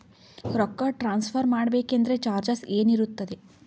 ರೊಕ್ಕ ಟ್ರಾನ್ಸ್ಫರ್ ಮಾಡಬೇಕೆಂದರೆ ಚಾರ್ಜಸ್ ಏನೇನಿರುತ್ತದೆ?